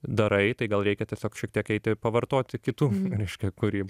darai tai gal reikia tiesiog šiek tiek eiti pavartoti kitų reiškia kūryb